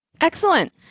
Excellent